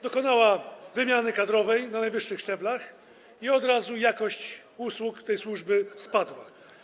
Dokonała wymiany kadrowej na najwyższych szczeblach i od razu jakość usług tej służby spadła.